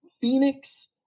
Phoenix